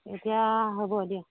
এতিয়া হ'ব দিয়ক